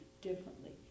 differently